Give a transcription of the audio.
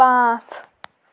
پانٛژھ